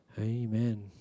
amen